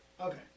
Okay